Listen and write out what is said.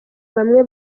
bamwe